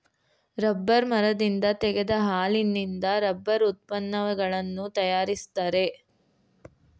rubber ಮರದಿಂದ ತೆಗೆದ ಹಾಲಿನಿಂದ ರಬ್ಬರ್ ಉತ್ಪನ್ನಗಳನ್ನು ತರಯಾರಿಸ್ತರೆ